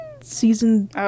season